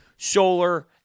Solar